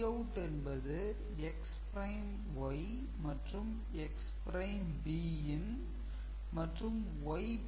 bout என்பது x'y மற்றும் x' bin மற்றும் y